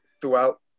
throughout